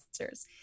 answers